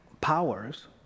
powers